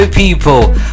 people